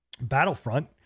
Battlefront